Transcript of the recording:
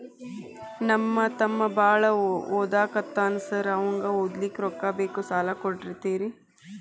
ನಮ್ಮ ತಮ್ಮ ಬಾಳ ಓದಾಕತ್ತನ ಸಾರ್ ಅವಂಗ ಓದ್ಲಿಕ್ಕೆ ರೊಕ್ಕ ಬೇಕು ಸಾಲ ಕೊಡ್ತೇರಿ?